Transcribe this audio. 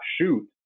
shoot